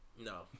No